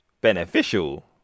beneficial